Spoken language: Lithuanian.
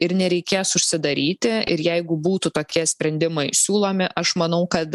ir nereikės užsidaryti ir jeigu būtų tokie sprendimai siūlomi aš manau kad